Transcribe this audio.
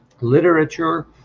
literature